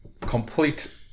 Complete